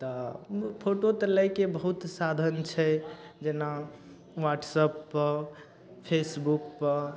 तऽ उ फोटो तऽ लए के बहुत साधन छै जेना व्हाट्सपपर फेसबुकपर